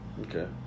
Okay